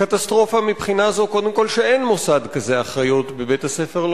קטסטרופה מבחינה זו שאין מוסד כזה אחיות בבית-הספר.